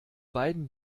beiden